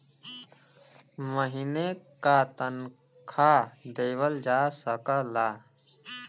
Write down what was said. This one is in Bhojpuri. महीने का तनखा देवल जा सकला